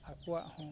ᱟᱠᱚᱣᱟᱜ ᱦᱚᱸ